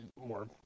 more